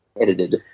edited